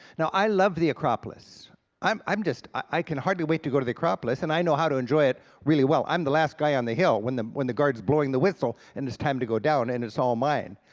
now i love the acropolis i'm i'm just i can hardly wait to go to the acropolis and i know how to enjoy it really well. i'm the last guy on the hill when the when the guards blowing the whistle, and it's time to go down, and it's all mine.